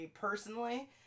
personally